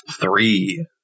Three